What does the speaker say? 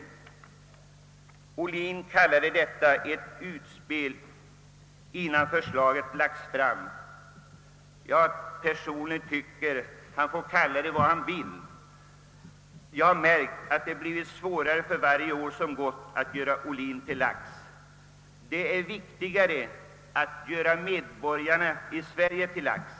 Herr Ohlin kallade detta ett utspel innan förslaget lagts fram. Personligen anser jag att han får kalla det vad han vill. Jag har märkt att det blivit svårare för varje år att göra herr Ohlin till lags. Det är viktigare att göra medborgarna i Sverige till lags.